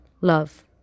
Love